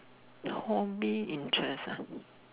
hobby interest ah